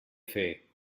fer